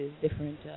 Different